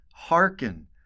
Hearken